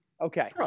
okay